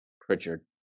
Pritchard